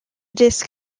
disc